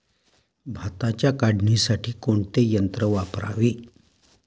भाताच्या काढणीसाठी कोणते यंत्र वापरावे?